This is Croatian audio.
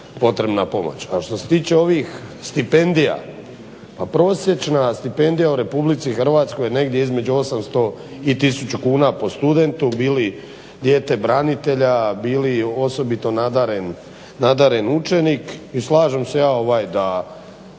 potrebna pomoć. A što se tiče ovih stipendija, pa prosječna stipendija u RH negdje između 800 i tisuću kuna po studentu bili dijete branitelja bili osobito nadaren učenik. I slažem se ja da